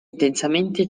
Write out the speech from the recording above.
intensamente